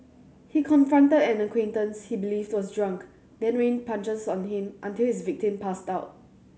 he confronted an acquaintance he believed was drunk then rained punches on him until his victim passed out